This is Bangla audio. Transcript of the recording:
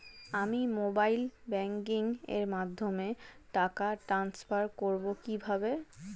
আমি মোবাইল ব্যাংকিং এর মাধ্যমে টাকা টান্সফার করব কিভাবে?